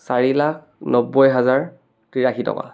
চাৰি লাখ নব্বৈ হাজাৰ তিৰাশী টকা